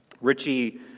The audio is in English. Richie